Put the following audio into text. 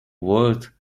word